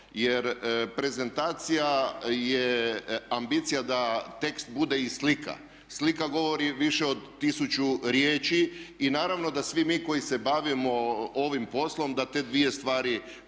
Jer prezentacija je ambicija da tekst bude i slika. Slika govori više od 1000 riječi i naravno da svi mi koji se bavimo ovim poslom da te dvije stvari povezujemo